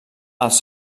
els